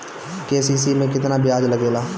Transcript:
KCC में केतना ब्याज लगेला?